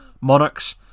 Monarchs